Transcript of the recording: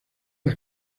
las